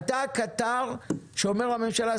אתה הקטר שאומר לממשלה,